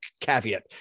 caveat